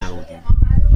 نبودیم